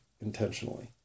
Intentionally